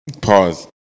pause